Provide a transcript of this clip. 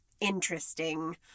interesting